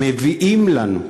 מביאות לנו,